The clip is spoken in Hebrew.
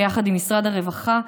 ביחד עם משרד הרווחה,